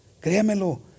créamelo